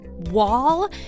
wall